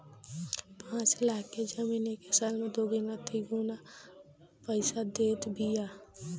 पाँच लाख के जमीन एके साल में दुगुना तिगुना पईसा देत बिया